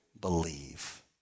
Believe